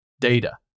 data